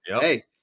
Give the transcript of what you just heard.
hey